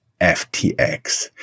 FTX